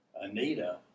Anita